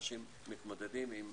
אנשים מתמודדים עם